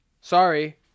Sorry